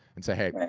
and say, hey,